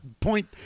point